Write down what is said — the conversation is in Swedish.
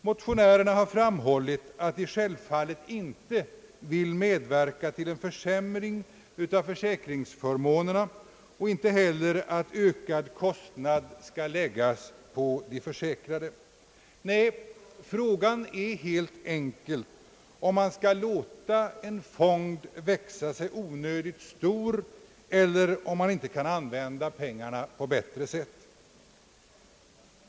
Motionärerna har framhållit att de självfallet inte vill medverka till en försämring av försäkringsförmånerna och ej heller till att ökad kostnad skall läggas på de försäkrade. Frågan är helt enkelt om en fond skall tillåtas växa sig onödigt stor eller om man inte kan använda pengarna på bättre sätt.